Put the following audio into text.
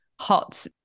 hot